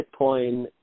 Bitcoin